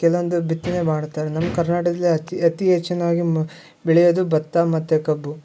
ಕೆಲ್ವೊಂದು ಬಿತ್ತನೆ ಮಾಡ್ತಾರೆ ನಮ್ಮ ಕರ್ನಾಟಕದಲ್ಲಿ ಅತಿ ಅತೀ ಹೆಚ್ಚಿನದಾಗಿ ಮ ಬೆಳೆಯೋದು ಭತ್ತ ಮತ್ತು ಕಬ್ಬು